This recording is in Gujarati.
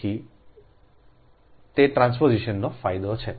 તેથી તે ટ્રાન્સપોઝિશનનો ફાયદો છે